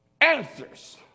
answers